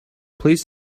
please